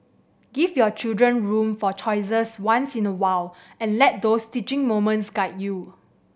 give your children room for choices once in a while and let those teaching moments guide you